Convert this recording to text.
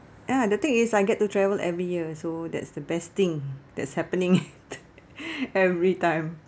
ah the thing is I get to travel every year so that's the best thing that's happening every time